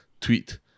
tweet